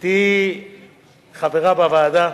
שתהיי חברה בוועדה,